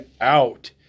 out